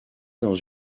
dans